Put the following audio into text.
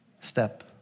step